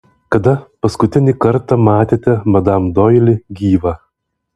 kada paskutinį kartą matėte madam doili gyvą